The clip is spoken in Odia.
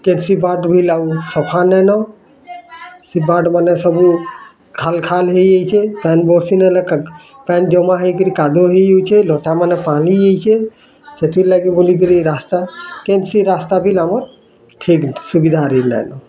କେସି ବାଟ୍ ମି ଲାଉ ସଫା ନାଇ ନ ସେ ବାଟ୍ ମାନ ସବୁ ଖାଲ୍ ଖାଲ୍ ହେଇ ଯାଇଛେ ପାନ୍ ବରଷି ନେଲେ ପାନ୍ ଜମା ହେଇ କିରି କାଦୁଅ ହେଇଯାଉଛି ଯେ ଲଟାମାନେ ପାନି ହେଇଛେ ସେଥିର୍ ଲାଗି ବୋଲି କିରି ରାସ୍ତା କେନ୍ ସେ ରାସ୍ତା ବି ଆମର୍ ଖେଦ୍ ସୁବିଧା ରି ଲାନୁ